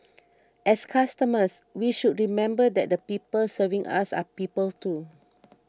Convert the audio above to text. as customers we should remember that the people serving us are people too